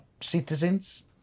citizens